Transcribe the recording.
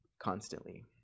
constantly